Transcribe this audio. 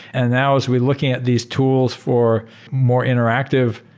and now as we're looking at these tools for more interactive,